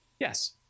Yes